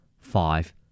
Five